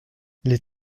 les